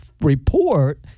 report